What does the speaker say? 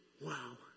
Wow